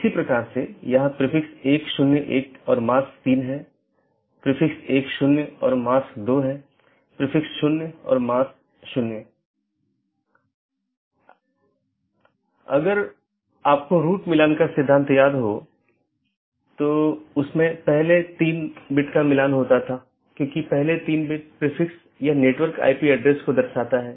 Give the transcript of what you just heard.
इस प्रकार हमारे पास आंतरिक पड़ोसी या IBGP है जो ऑटॉनमस सिस्टमों के भीतर BGP सपीकरों की एक जोड़ी है और दूसरा हमारे पास बाहरी पड़ोसीयों या EBGP कि एक जोड़ी है